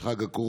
יש חג הקורבן,